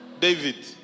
David